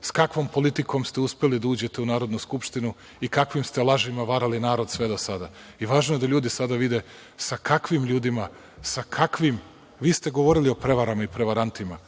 s kakvom politikom ste uspeli da uđete u Narodnu skupštinu i kakvim ste lažima varali narod sve do sada. Važno je da ljudi sada vide sa kakvim ljudima, sa kakvim, vi ste govorili o prevarama i prevarantima,